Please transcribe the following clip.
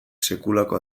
sekulako